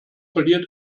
verliert